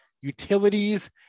utilities